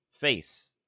face